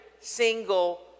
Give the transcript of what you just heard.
single